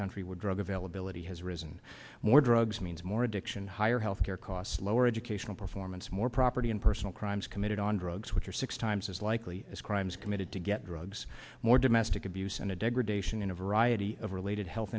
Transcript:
country where drug availability has risen more drugs means more addiction higher health care costs lower educational performance more property and personal crimes committed on drugs which are six times as likely as crimes committed to get drugs more domestic abuse and a degradation in a variety of related health